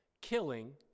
killing